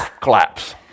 collapse